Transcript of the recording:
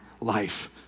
life